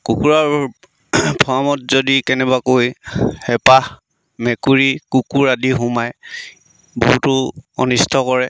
কুকুৰাৰ ফাৰ্মত যদি কেনেবাকৈ হেপাহ মেকুৰী কুকুৰ আদি সোমাই বহুতো অনিষ্ট কৰে